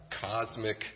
cosmic